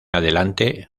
adelante